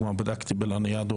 בדקתי בלניאדו,